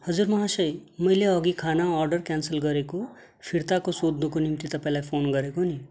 हजुर महाशय मैले अघि खाना अर्डर क्यान्सल गरेको फिर्ताको सोध्नको निम्ति तपाईँलाई फोन गरेको नि